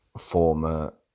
former